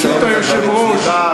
ברשות היושב-ראש.